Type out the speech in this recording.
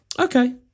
Okay